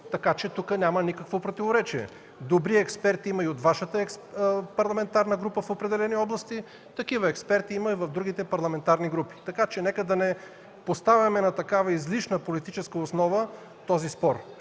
така че тук няма никакво противоречие. Добри експерти има и от Вашата парламентарна група в определени области, такива експерти има и в другите парламентарни групи, така че нека да не поставяме на такава излишна политическа основа този спор.